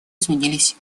изменились